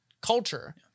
culture